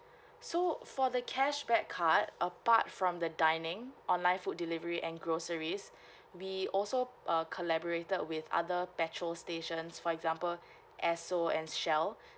so for the cashback card apart from the dining online food delivery and groceries we also uh collaborated with other petrol stations for example esso and shell